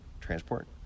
transport